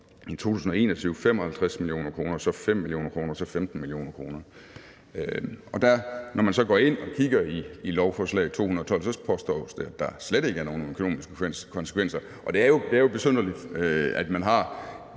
i 2021 55 mio. kr., så 5 mio. kr. og så 15 mio. kr. Når man så går ind og kigger i lovforslag nr. L 212, påstås det, at der slet ikke er nogen økonomiske konsekvenser. Det er jo besynderligt, at man